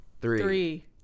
Three